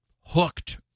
hooked